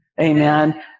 Amen